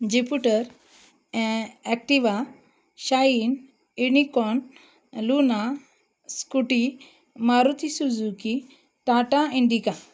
Jupiter ॲ Activa Shine Unicorn Luna Scooty Maruti Suzuki Tata indica